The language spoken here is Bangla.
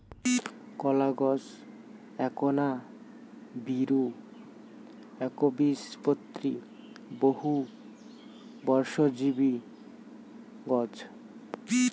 কলাগছ এ্যাকনা বীরু, এ্যাকবীজপত্রী, বহুবর্ষজীবী গছ